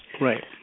right